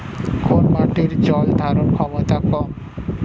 কোন মাটির জল ধারণ ক্ষমতা কম?